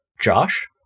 Josh